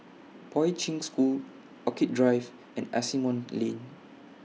Poi Ching School Orchid Drive and Asimont Lane